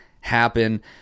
happen